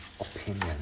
opinion